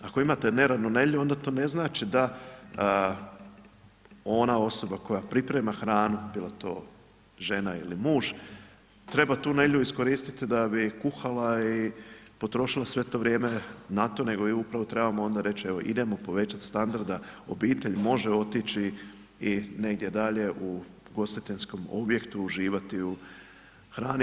Ako imate neradnu nedjelju onda to ne znači da ona osoba koja priprema hranu, bilo to žena ili muž treba tu nedjelju iskoristiti da bi kuhala i potrošila sve to vrijeme na to nego joj upravo trebamo onda reći evo idemo povećati standard da obitelj može otići i negdje dalje u ugostiteljskom objektu uživati u hrani.